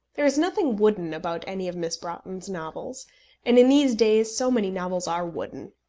there is nothing wooden about any of miss broughton's novels and in these days so many novels are wooden!